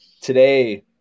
today